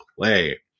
play